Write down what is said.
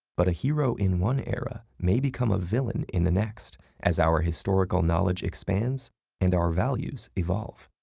but a hero in one era may become a villain in the next as our historical knowledge expands and our values evolve.